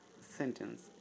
sentence